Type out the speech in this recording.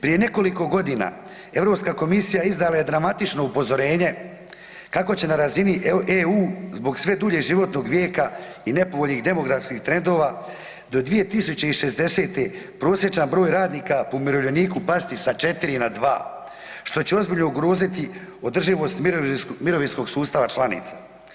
Prije nekoliko godina Europska komisija izdala je dramatično upozorenje kako će na razini EU zbog sve dulje životnog vijeka i nepovoljnih demografskih trendova do 2060. prosječan broj radnika po umirovljeniku pasti sa 4 na 2 što će ozbiljno ugroziti održivost mirovinskog sustava članica.